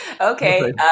Okay